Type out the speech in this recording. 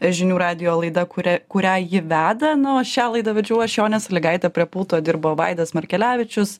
žinių radijo laida kuri kurią ji veda na o šią laidą vedžiau aš jonė siligaitė prie pulto dirbo vaidas markelevičius